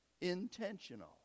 Intentional